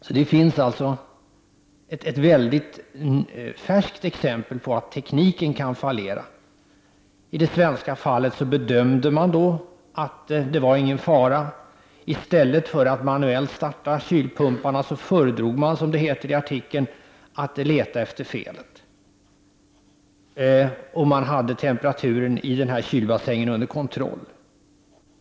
Här har vi alltså ett färskt exempel på att tekniken kan fallera. I det svenska fallet bedömde man att det inte var någon fara. I stället för att manuellt starta kylpumparna föredrog man, som det heter i artikeln, att leta efter felet. I det här fallet hade man temperaturen i kylbassängen under kontroll.